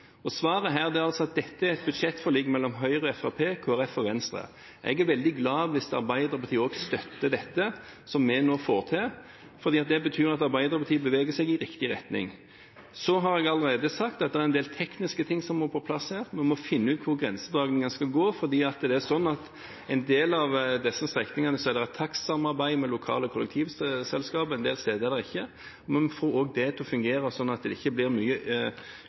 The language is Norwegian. Og svaret her er at dette er et budsjettforlik mellom Høyre, Fremskrittspartiet, Kristelig Folkeparti og Venstre. Jeg er veldig glad hvis Arbeiderpartiet også støtter dette som vi nå får til, fordi det betyr at Arbeiderpartiet beveger seg i riktig retning. Så har jeg allerede sagt at det er en del tekniske ting som må på plass her. Vi må finne ut hvor grensedragningen skal gå, for på en del av disse strekningene er det et takstsamarbeid med lokale kollektivselskaper, og en del steder er det ikke det. Vi må få også det til å fungere slik at det ikke blir mye